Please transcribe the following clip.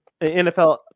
NFL